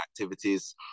activities